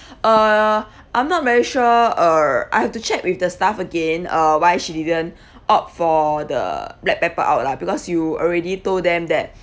uh I'm not very sure err I have to check with the staff again uh why she didn't opt for the black pepper out lah because you already told them that